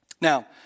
Now